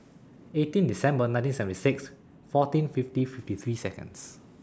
eighteen December nineteen seventy six fourteen fiftieth fifty three Seconds